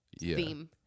theme